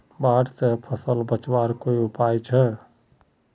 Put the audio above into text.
बाढ़ से फसल बचवार कोई उपाय छे?